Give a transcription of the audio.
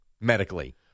medically